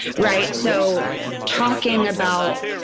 right? so talking about